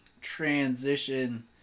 transition